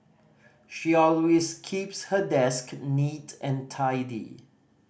she always keeps her desk neat and tidy